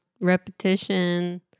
repetition